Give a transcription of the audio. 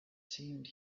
seemed